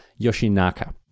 Yoshinaka